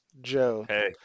Joe